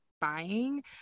buying